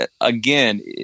again